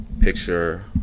picture